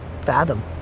fathom